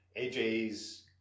AJ's